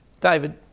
David